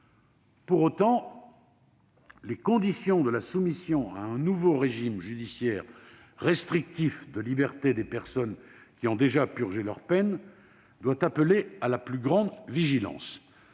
Pour autant, les conditions de la soumission à un nouveau régime judiciaire restrictif de liberté des personnes qui ont déjà purgé leur peine doit appeler à la plus grande vigilance.